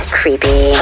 creepy